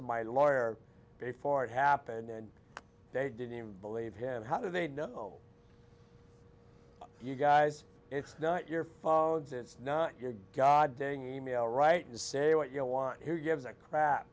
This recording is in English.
to my lawyer before it happened and they didn't believe him how do they know you guys it's not your followers it's not your god dang e mail right and say what you want who gives a crap